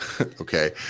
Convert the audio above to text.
okay